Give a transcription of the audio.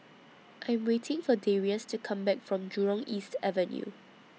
I Am waiting For Darius to Come Back from Jurong East Avenue